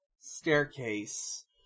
staircase